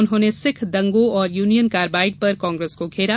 उन्होंने सिख दंगों और यूनियन कार्बाइड पर कांग्रेस को घेरा